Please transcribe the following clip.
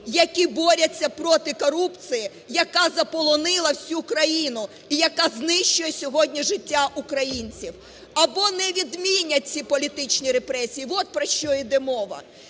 які борються проти корупції, яка заполонила всю країну і яка знищує сьогодні життя українців, або не відмінять ці політичні репресії, от про що іде мова.